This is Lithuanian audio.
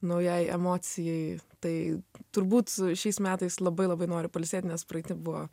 naujai emocijai tai turbūt šiais metais labai labai noriu pailsėt nes praeiti buvo